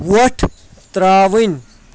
وۄٹھ ترٛاوٕنۍ